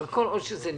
אבל כל עוד שזה נמצא,